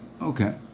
Okay